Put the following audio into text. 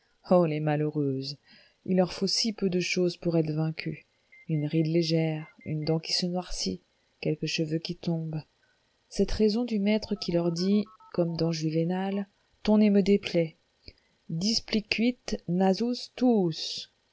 oh les malheureuses il leur faut si peu de chose pour être vaincues une ride légère une dent qui se noircit quelques cheveux qui tombent cette raison du maître qui leur dit comme dans juvénal ton nez me déplaît displicuit nasus tuus